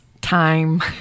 time